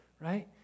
right